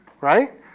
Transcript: Right